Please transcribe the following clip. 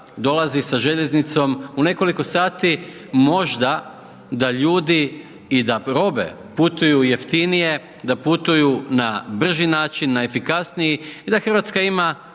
dolazi sa željeznicom, u nekoliko sati, možda da ljudi i da …/Govornik se ne razumije./… putuju jeftinije, da putuju na brži način, na efikasniji i da Hrvatska ima